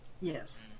Yes